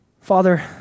Father